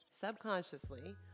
subconsciously